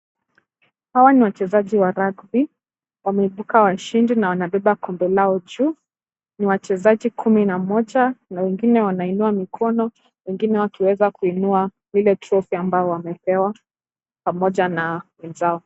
Hawa ni wachezaji wa rugby . Wameibuka washindi na wanabeba kombe lao juu. Ni wachezaji kumi na mmoja, na wengine wanainua mikono wengine wakiweza kuinua ile trophy ambayo wamepewa pamoja na wenzao.